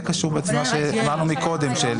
זה קשור למה שאמרנו קודם,